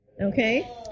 okay